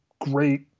great